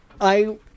I-